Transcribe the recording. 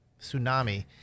tsunami